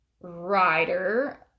rider